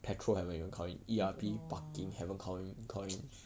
ya lor